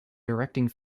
directing